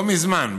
לא מזמן,